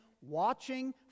watching